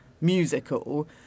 musical